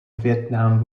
vietnam